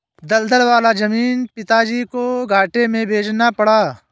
दलदल वाला जमीन पिताजी को घाटे में बेचना पड़ा